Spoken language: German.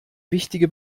wichtige